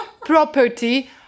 property